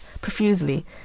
profusely